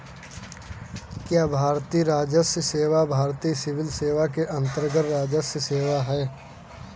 क्या भारतीय राजस्व सेवा भारतीय सिविल सेवा के अन्तर्गत्त राजस्व सेवा है?